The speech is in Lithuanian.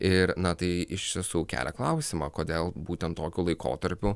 ir na tai iš tiesų kelia klausimą kodėl būtent tokiu laikotarpiu